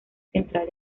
central